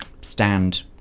stand